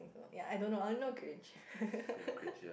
ya I don't know I only know Gringe